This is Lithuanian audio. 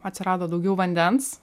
atsirado daugiau vandens